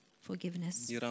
forgiveness